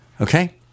Okay